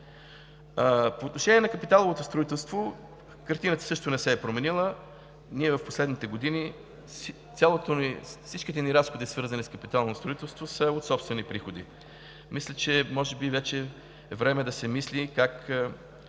По отношение на капиталовото строителство картината също не се е променила. В последните години всичките ни разходи, свързани с капитално строителство, са от собствени приходи. Мисля, че може би вече е време да се мисли как